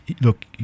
look